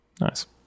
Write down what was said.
Nice